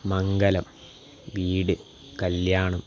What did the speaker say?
മംഗലം വീട് കല്ല്യാണം